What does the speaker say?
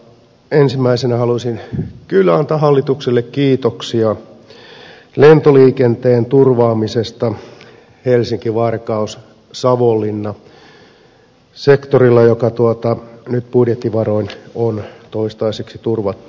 ensimmäisenä haluaisin kyllä antaa hallitukselle kiitoksia lentoliikenteen turvaamisesta helsinkivarkaussavonlinna sektorilla joka nyt budjettivaroin on toistaiseksi turvattu